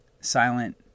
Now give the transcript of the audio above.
silent